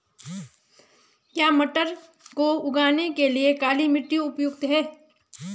क्या मटर को उगाने के लिए काली मिट्टी उपयुक्त है?